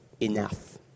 Enough